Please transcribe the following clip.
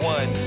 One